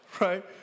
right